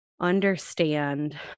understand